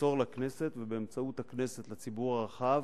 למסור לכנסת, ובאמצעות הכנסת לציבור הרחב,